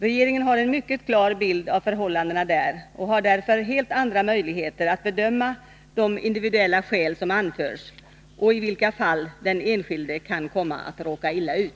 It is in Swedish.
Regeringen har en mycket klar bild av förhållandena där och har därför helt andra möjligheter att bedöma de individuella skäl som anförs och i vilka fall den enskilde kan komma att råka illa ut.